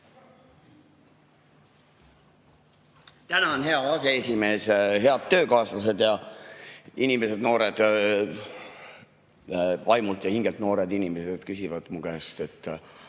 Tänan, hea aseesimees! Head töökaaslased! Inimesed, noored vaimult ja hingelt! Noored inimesed küsivad mu käest, kas